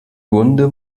wunde